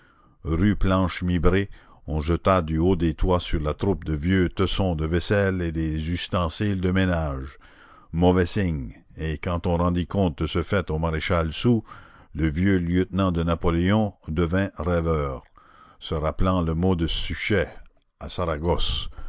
rue planche mibray on jeta du haut des toits sur la troupe de vieux tessons de vaisselle et des ustensiles de ménage mauvais signe et quand on rendit compte de ce fait au maréchal soult le vieux lieutenant de napoléon devint rêveur se rappelant le mot de suchet à saragosse